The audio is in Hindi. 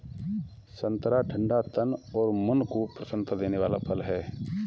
संतरा ठंडा तन और मन को प्रसन्नता देने वाला फल है